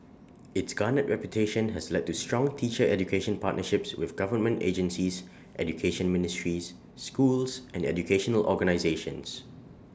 its garnered reputation has led to strong teacher education partnerships with government agencies education ministries schools and educational organisations